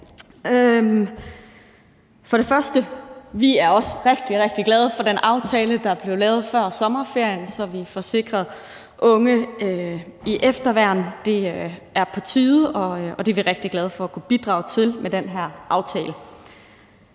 for det. Vi er også rigtig, rigtig glade for den aftale, der blev lavet før sommerferien, så vi får sikret unge i efterværn. Det er på tide, og det er vi rigtig glade for at kunne bidrage til med den her aftale.